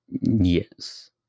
Yes